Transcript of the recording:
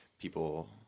people